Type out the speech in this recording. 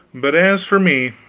but as for me,